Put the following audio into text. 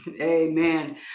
Amen